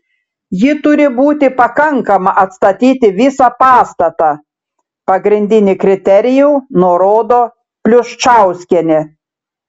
ji turi būti pakankama atstatyti visą pastatą pagrindinį kriterijų nurodo pluščauskienė